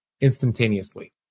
Instantaneously